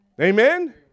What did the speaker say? Amen